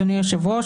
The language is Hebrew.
אדוני היושב-ראש,